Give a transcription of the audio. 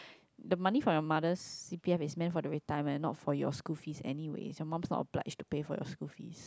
the money from your mother's c_p_f is meant for the retirement not for your school fees anyway is your mum's not obliged to pay for your school fees